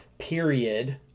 period